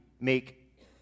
make